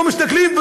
ולא מסתכלים,